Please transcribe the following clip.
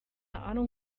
ahnung